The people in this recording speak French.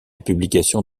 publication